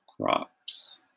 crops